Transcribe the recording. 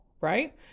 right